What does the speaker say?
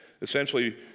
Essentially